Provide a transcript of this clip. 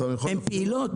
הן פעילות.